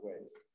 ways